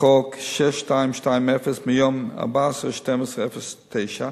6220 מיום 14 בדצמבר 2009,